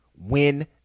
Win